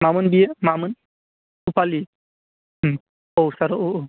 मामोन बेयो मामोन भुपालि औ औ सार औ औ